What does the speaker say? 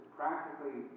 practically